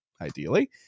ideally